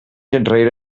enrere